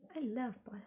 I love but